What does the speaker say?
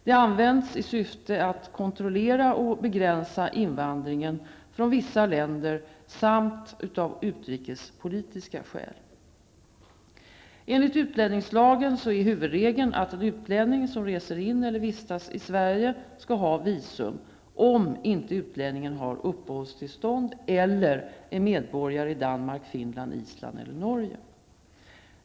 Det används i syfte att kontrollera och begränsa invandringen från vissa länder samt av utrikespolitiska skäl. Enligt utlänningslagen är huvudregeln att en utlänning som reser in i eller vistas i Sverige skall ha visum, om inte utlänningen har uppehållstillstånd eller är medborgare i Danmark, Finland, Island eller Norge.